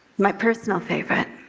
my personal favorite